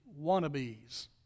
wannabes